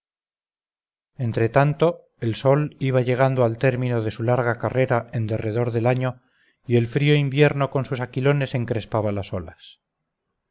entre tanto el sol iba llegando al término de su larga carrera en derredor del año y el frío invierno con sus aquilones encrespaba las olas